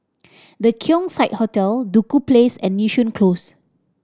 The Keong Saik Hotel Duku Place and Yishun Close